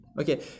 Okay